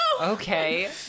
Okay